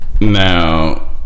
now